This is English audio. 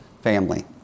family